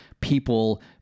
people